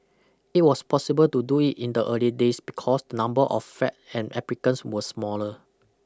it was possible to do it in the early days because the number of flats and applicants were smaller